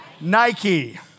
Nike